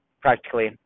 practically